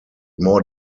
more